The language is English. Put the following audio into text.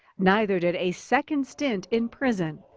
neither did a second stint in prison.